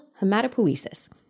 hematopoiesis